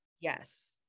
yes